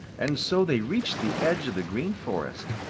and so they reached the edge of the green forest,